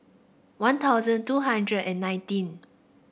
One Thousand two hundred and nineteen